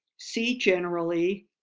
see generally,